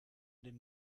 den